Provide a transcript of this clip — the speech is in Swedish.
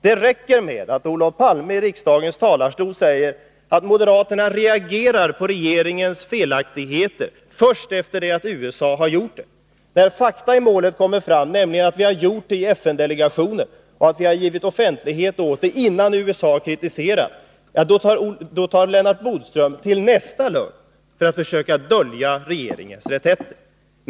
Det räcker med att Olof Palme i riksdagens talarstol säger att moderaterna reagerar på regeringens felaktigheter först efter det att USA har gjort det. När fakta i målet kommer fram, nämligen att vi har gjort det i FN delegationen och att vi har givit offentlighet åt det innan USA har kritiserat regeringen, då tar Lennart Bodström till nästa lögn för att försöka dölja regeringens reträtter.